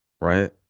right